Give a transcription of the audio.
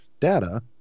Data